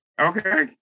Okay